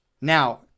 Now